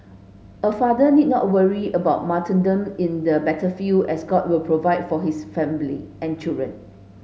a father need not worry about martyrdom in the battlefield as God will provide for his family and children